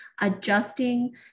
adjusting